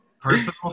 Personal